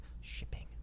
shipping